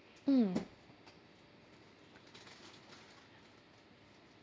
um